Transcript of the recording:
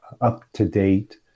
up-to-date